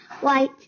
white